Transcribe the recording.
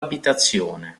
abitazione